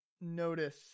Notice